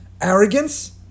Arrogance